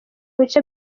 bice